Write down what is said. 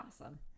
Awesome